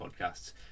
podcasts